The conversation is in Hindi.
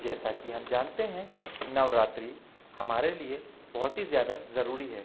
जैसा कि हम जानते हैं नवरात्रि हमारे लिए बहुत ही ज़्यादा ज़ ज़रूरी है